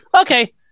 Okay